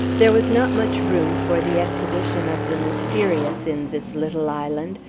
there was not much room for the exhibition of the mysterious in this little island,